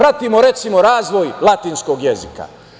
Recimo, pratimo razvoj latinskog jezika.